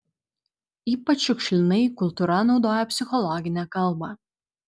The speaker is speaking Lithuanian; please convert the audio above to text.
ypač šiukšlinai kultūra naudoja psichologinę kalbą